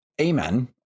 amen